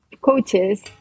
coaches